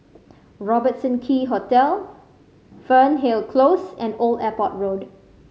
Robertson Quay Hotel Fernhill Close and Old Airport Road